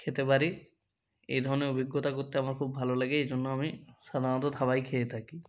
খেতে পারি এই ধরনের অভিজ্ঞতা করতে আমার খুব ভালো লাগে এই জন্য আমি সাধারণত ধাবায় খেয়ে থাকি